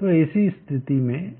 तो ऐसी स्तिथि में